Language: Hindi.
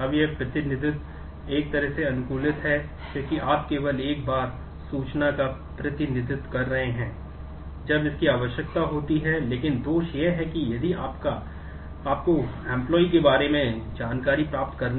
अब यह प्रतिनिधित्व एक तरह से अनुकूलित है क्योंकि आप केवल एक बार सूचना का प्रतिनिधित्व कर रहे हैं जब इसकी आवश्यकता होती है लेकिन दोष यह है कि यदि आपको कर्मचारी तक पहुंच